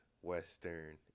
Western